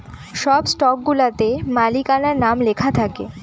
সব স্টকগুলাতে মালিকানার নাম লেখা থাকে